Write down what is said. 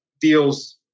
deals